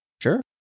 sure